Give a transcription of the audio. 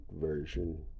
version